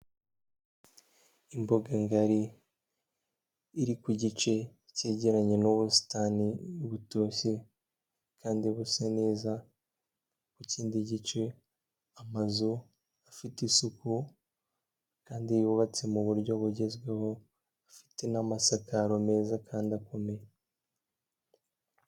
Imbuga ngari, iri ku gice cyegeranye n'ubusitani butoshye kandi busa neza, ku kindi gice amazu afite isuku kandi yubatse mu buryo bugezweho, afite n'amasakaro meza kandi akomeye.